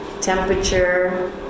temperature